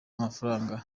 amafaranga